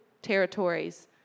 Territories